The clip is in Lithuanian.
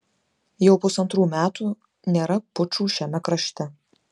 jau pusantrų metų nėra pučų šiame krašte